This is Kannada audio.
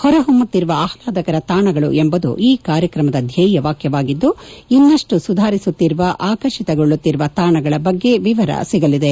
ಹೊರಹೊಮ್ಮುತ್ತಿರುವ ಆಹ್ಲಾದಕರ ತಾಣಗಳು ಎಂಬುದು ಈ ಕಾರ್ಯಕ್ರಮದ ಧ್ಯೇಯ ವಾಕ್ಕವಾಗಿದ್ದು ಇನ್ನಷ್ಟು ಸುಧಾರಿಸುತ್ತಿರುವ ಆಕರ್ಷಿತಗೊಳ್ಳುತ್ತಿರುವ ತಾಣಗಳ ಬಗ್ಗೆ ವಿವರ ಸಿಗಲಿದೆ